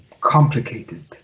complicated